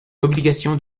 l’obligation